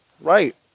Right